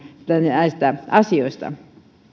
näistä asioista